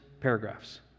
paragraphs